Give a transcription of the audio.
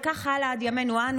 וכך הלאה עד ימינו אנו,